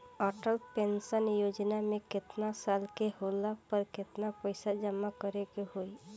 Atal pension Yojana मे केतना साल के होला पर केतना पईसा जमा करे के होई?